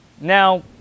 Now